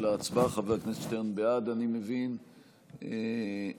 הצעת ועדת הכנסת להעביר את הנושא: החמרת